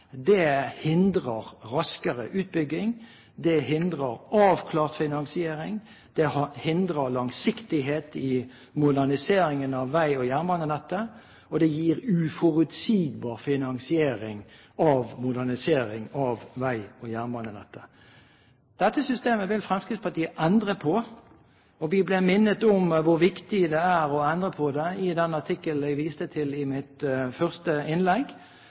budsjettene, hindrer raskere utbygging, det hindrer avklart finansiering, det hindrer langsiktighet i moderniseringen av vei- og jernbanenettet, og det gir uforutsigbar finansiering av modernisering av vei- og jernbanenettet. Dette systemet vil Fremskrittspartiet endre på. Vi ble minnet om hvor viktig det er å endre på det i den artikkelen jeg viste til i mitt første innlegg,